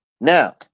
Now